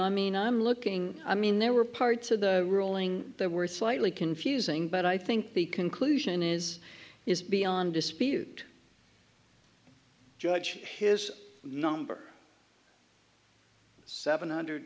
i mean i'm looking i mean there were parts of the ruling there were slightly confusing but i think the conclusion is is beyond dispute judge his number seven hundred